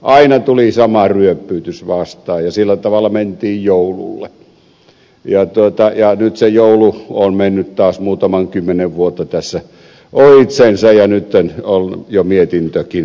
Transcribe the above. aina tuli sama ryöppyytys vastaan ja sillä tavalla mentiin joululle ja nyt se joulu on mennyt taas muutaman kymmenen vuotta tässä ohitsensa ja nyt on jo mietintökin pikkuhiljaa valmistunut